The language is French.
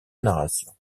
narration